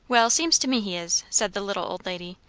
well, seems to me he is, said the little old lady.